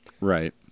Right